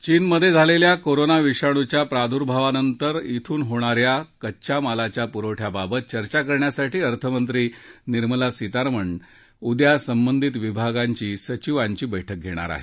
चीनमधे झालेल्या कोरोना विषाणूच्या प्रादुर्भावानंतर ध्यून होणा या कच्च्या मालाच्या पुरवठ्याबाबत चर्चा करण्यासाठी अर्थमंत्री निर्मला सीतारामन उद्या संबंधित विभागांची सचिवांची बैठक घेणार आहेत